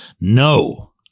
No